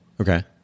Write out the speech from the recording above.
Okay